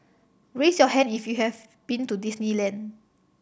raise your hand if you have been to Disneyland